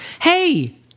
hey